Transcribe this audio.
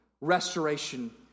Restoration